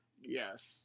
Yes